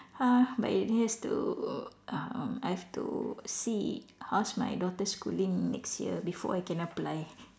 but it has to um I have to see how's my daughter's schooling next year before I can apply